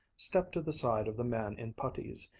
stepped to the side of the man in puttees,